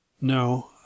No